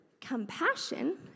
compassion